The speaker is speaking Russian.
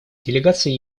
делегация